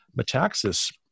Metaxas